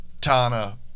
Tana